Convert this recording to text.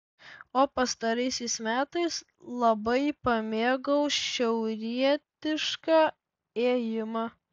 o pastaraisiais metais labai pamėgau šiaurietišką ėjimą